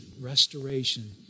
restoration